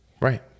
Right